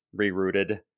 rerouted